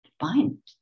Fine